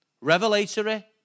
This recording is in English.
Revelatory